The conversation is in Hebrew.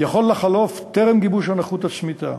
יכולות לחלוף טרם גיבוש הנכות הצמיתה.